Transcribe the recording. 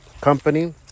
company